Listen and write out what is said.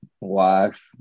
wife